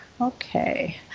Okay